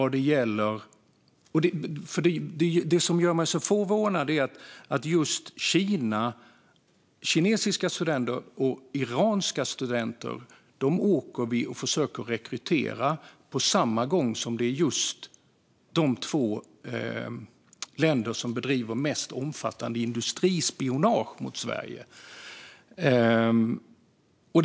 Det som gör mig så förvånad är att just kinesiska studenter och iranska studenter åker vi och försöker rekrytera samtidigt som det är de två länderna som bedriver det mest omfattande industrispionaget mot Sverige.